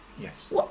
Yes